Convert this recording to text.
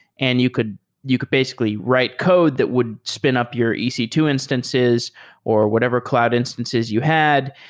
and you could you could basically write code that would spin up your e c two instances or whatever cloud instances you had.